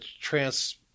trans